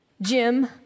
Jim